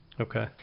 Okay